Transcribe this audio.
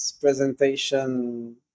presentation